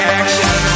action